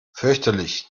fürchterlich